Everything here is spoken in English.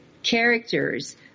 Characters